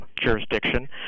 jurisdiction